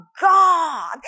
God